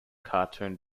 cartoon